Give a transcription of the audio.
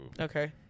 Okay